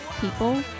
People